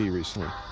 recently